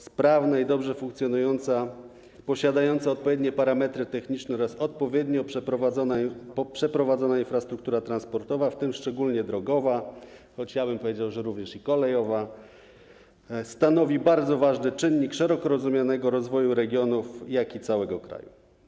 Sprawna i dobrze funkcjonująca, posiadająca odpowiednie parametry techniczne oraz odpowiednio przygotowana i wykonana infrastruktura transportowa, w tym szczególnie drogowa, choć powiedziałbym, że również kolejowa, stanowi bardzo ważny czynnik szeroko rozumianego rozwoju regionów, jak również całego kraju.